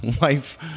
life